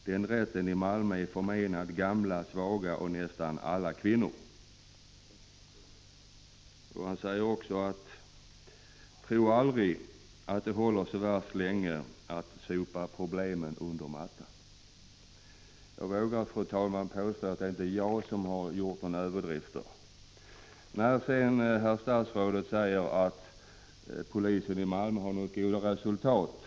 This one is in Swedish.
Den rätten är förmenad gamla, svaga och nästan alla kvinnor.” Vidare skriver han: ”Tro aldrig att det håller så värst länge att sopa problemet under mattan.” Jag vågar påstå, fru talman, att det inte är jag som gjort mig skyldig till överdrifter. Herr statsrådet säger att polisen i Malmö har nått goda resultat.